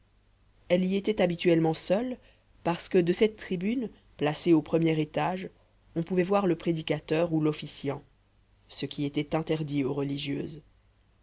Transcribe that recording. elle y était habituellement seule parce que de cette tribune placée au premier étage on pouvait voir le prédicateur ou l'officiant ce qui était interdit aux religieuses